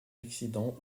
accidents